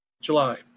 July